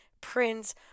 Prince